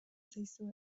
zaizue